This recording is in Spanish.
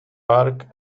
park